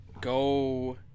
go